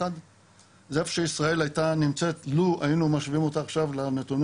זה איפה שישראל הייתה נמצאת לו היינו משווים אותה לנתונים